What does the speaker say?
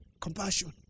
Compassion